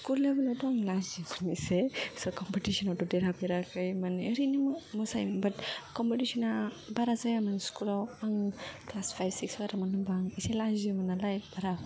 स्कुलावबोथ' आं लाजियोसोमोन स' क्मपिटिशन आवथ' देरहाफेराखै माने ओरैनो मोसायोमोन बाट क्मपिटिशना बारा जायामोन स्कुलाव आं क्लास फाइभ सिक्स सो मोन बा एसे लाजियोमोन नालाय